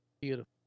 Beautiful